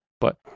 But-